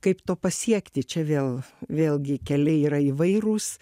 kaip to pasiekti čia vėl vėlgi keliai yra įvairūs